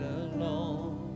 alone